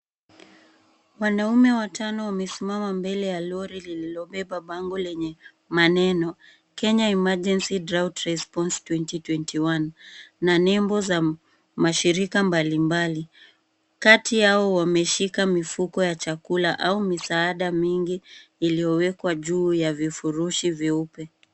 Wanaume watano wamesimama mbele ya lori lililobeba bango lenye maneno Kenya Emergency Drought Response 2021 na nembo za mashirika mbalimbali. Kati yao wameshika mifuko ya chakula au misaada mingi iliyowekwa juu ya vifurushi vyeupe.